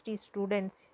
students